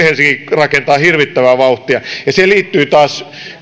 rakentaa hirvittävää vauhtia ja se liittyy taas